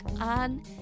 on